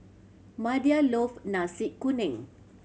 Madie love Nasi Kuning